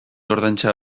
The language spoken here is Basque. ordaintzea